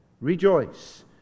Rejoice